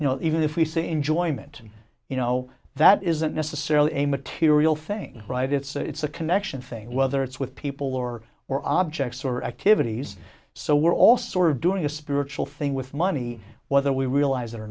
you know even if we say enjoyment you know that isn't necessarily a material thing right it's a connection thing whether it's with people or or objects or activities so we're all sort of doing a spiritual thing with money whether we realize